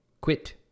quit